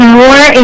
more